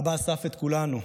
אבא אסף את כולנו,